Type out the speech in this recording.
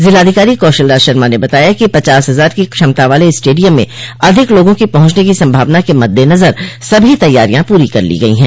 जिलाधिकारी कौशल राज शर्मा ने बताया कि पचास हजार की क्षमता वाले स्टेडियम में अधिक लोगों की पहुंचने की संभावना के मद्देनजर सभी तैयारियां पूरी कर ली गयी है